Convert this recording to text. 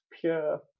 pure